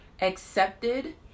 accepted